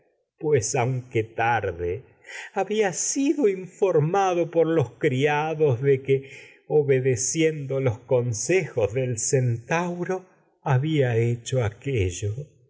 ira aunque que tarde había sido informado los criados obedeciendo los consejos del centauro había hecho cho sólo aquello